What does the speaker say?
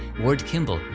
ward kimball,